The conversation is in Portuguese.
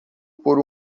por